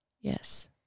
Yes